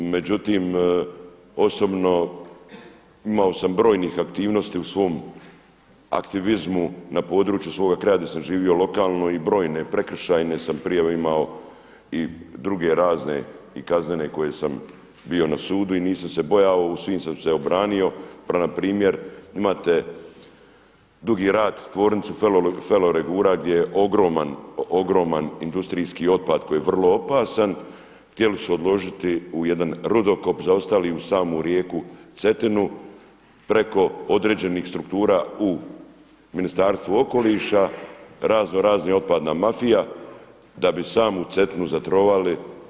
Međutim, osobno imao sam brojnih aktivnosti u svom aktivizmu na području svoga kraja gdje sam živio lokalno, i brojne prekršajne sam prijave imao i druge razne i kaznene koje sam bio na sudu i nisam se bojao, u svim sam se obranio. pa npr. imate Dugi Rat tvornicu ferolegura gdje je ogroman industrijski otpad koji je vrlo opasan, htjeli su odložiti u jedan rudokop zaostali uz samu rijeku Cetinu preko određenih struktura u Ministarstvu okoliša, razno razna otpadna mafija da bi samu Cetinu zatrovali.